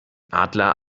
adler